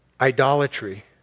Idolatry